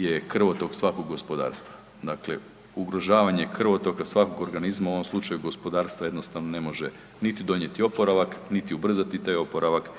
je krvotok svakog gospodarstva. Dakle, ugrožavanje krvotoka svakog organizma, u ovom slučaju gospodarstva, jednostavno ne može niti donijeti oporavak, niti ubrzati taj oporavak,